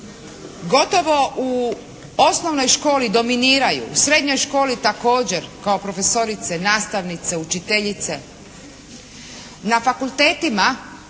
gotovo u osnovnoj školi dominiraju, srednjoj školi također kao profesorice, nastavnice, učiteljice, na fakultetima